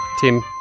Tim